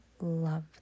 love